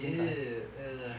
!ee! ugh